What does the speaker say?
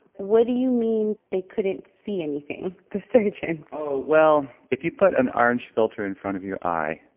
what do you mean they couldn't see anything the surgeons? oh, well, if you put an orange filter in front of your eye,